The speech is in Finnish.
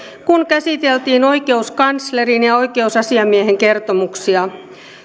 kun käsiteltiin oikeuskanslerin ja oikeusasiamiehen kertomuksia